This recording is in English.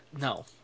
no